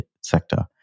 sector